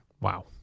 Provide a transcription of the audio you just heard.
Wow